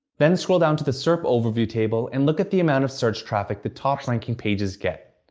then scroll down to the serp overview table and look at the amount of search traffic the top ranking pages get.